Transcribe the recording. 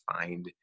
find